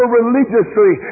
religiously